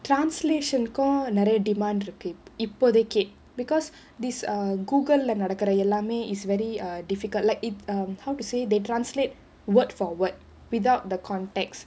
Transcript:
translation கும் நிறைய:kum niraiya demand இருக்கு இப்போதைக்கு:irukku ippodhaikku because this err Google நடக்குற எல்லாமே:nadakkura ellaamae is very err difficult like it err how to say they translate word for word without the context